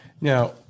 Now